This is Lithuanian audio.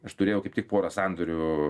aš turėjau kaip tik porą sandorių